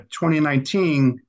2019